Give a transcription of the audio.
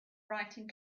writing